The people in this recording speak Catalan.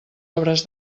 obres